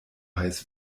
heiß